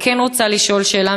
אני כן רוצה לשאול שאלה,